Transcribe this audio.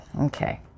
okay